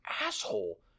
asshole